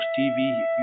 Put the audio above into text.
TV